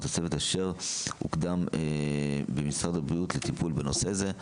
הצוות אשר הוקם במשרד הבריאות לטיפול הזה.